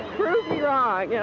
prove me wrong. yeah